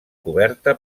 coberta